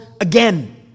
again